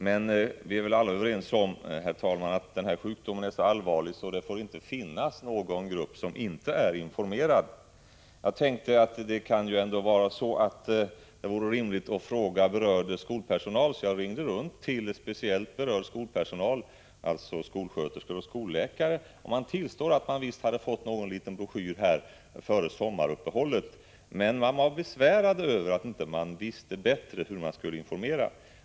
Men vi är välalla överens om, herr talman, att denna sjukdom är så allvarlig att det inte får finnas någon grupp som inte är informerad. Jag tänkte att det kanske vore rimligt att fråga speciellt berörd skolpersonal, så jag ringde runt till skolläkare och skolsköterskor. Man tillstod att man visst hade fått någon liten broschyr före sommaruppehållet, men man var besvärad över att man inte visste bättre hur man skulle informera.